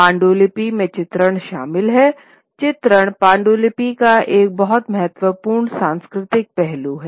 पांडुलिपि में चित्रण शामिल हैं चित्रण पांडुलिपि का एक बहुत महत्वपूर्ण संस्कृति पहलू था